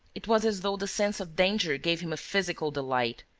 it was as though the sense of danger gave him a physical delight,